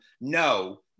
no